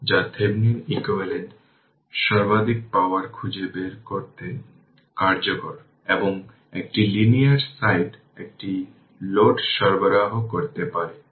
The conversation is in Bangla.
তাই তার মানে i t 0645 e t 7 t by 6 ampere যা t 0 এর জন্য